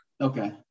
okay